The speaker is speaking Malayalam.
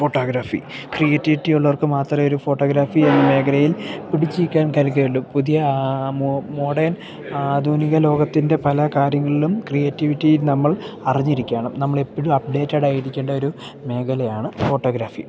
ഫോട്ടോഗ്രാഫി ക്രിയേറ്റിവിറ്റി ഉള്ളവർക്ക് മാത്രേ ഒരു ഫോട്ടോഗ്രാഫി മേഖലയിൽ പിടിച്ച് നിൽക്കാൻ സാധിക്കുകയുള്ളു പുതിയ മോ മോഡേൺ ആധുനിക ലോകത്തിൻ്റെ പല കാര്യങ്ങളിലും ക്രിയേറ്റിവിറ്റിയിൽ നമ്മൾ അറിഞ്ഞിരിക്കണം നമ്മളെപ്പഴും അപ്ഡേറ്റഡ് ആയിരിക്കേണ്ട ഒരു മേഖലയാണ് ഫോട്ടോഗ്രാഫി